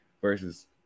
versus